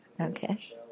Okay